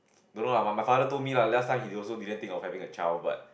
don't know ah but my father told me lah last time he also didn't think of having a child but